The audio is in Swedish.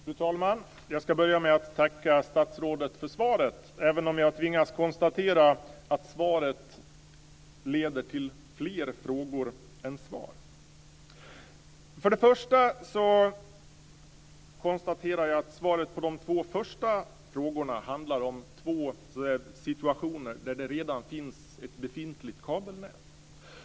Fru talman! Jag börjar med att tacka statsrådet för svaret men jag tvingas konstatera att det mer leder till frågor än just ger svar. Först och främst konstaterar jag att svaret på de två första frågorna handlar om två situationer där vi redan har ett befintligt kabelnät.